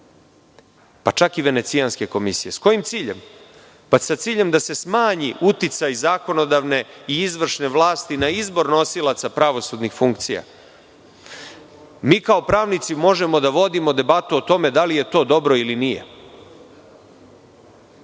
pa čak i Venecijanske komisije. S kojim ciljem? S ciljem da se smanji uticaj zakonodavne i izvršne vlasti na izbor nosilaca pravosudnih funkcija. Mi kao pravnici možemo da vodimo debatu o tome da li je to dobro ili nije,